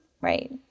right